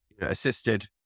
assisted